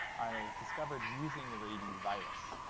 and it was discovered using the rabies virus.